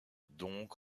donc